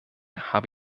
habe